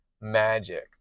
magic